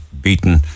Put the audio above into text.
beaten